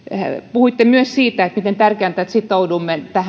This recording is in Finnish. puhuitte myös siitä miten tärkeätä on että sitoudumme